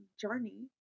journey